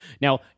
Now